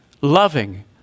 loving